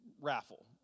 raffle